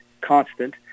constant